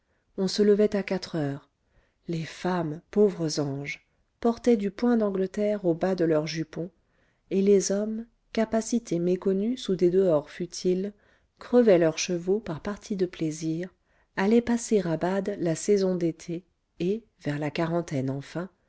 on se levait à quatre heures les femmes pauvres anges portaient du point d'angleterre au bas de leur jupon et les hommes capacités méconnues sous des dehors futiles crevaient leurs chevaux par partie de plaisir allaient passer à bade la saison d'été et vers la quarantaine enfin